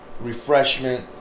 refreshment